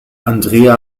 andrea